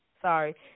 sorry